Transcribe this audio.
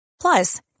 Plus